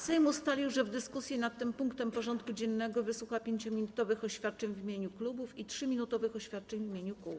Sejm ustalił, że w dyskusji nad tym punktem porządku dziennego wysłucha 5-minutowych oświadczeń w imieniu klubów i 3-minutowych oświadczeń w imieniu kół.